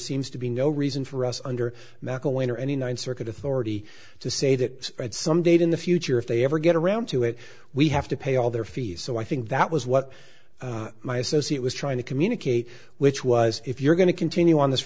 seems to be no reason for us under mcelwain or any ninth circuit authority to say that at some date in the future if they ever get around to it we have to pay all their fees so i think that was what my associate was trying to communicate which was if you're going to continue on this